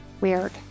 weird